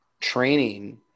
training